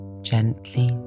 gently